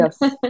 Yes